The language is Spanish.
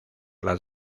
las